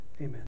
amen